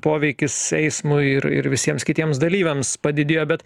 poveikis eismui ir ir visiems kitiems dalyviams padidėjo bet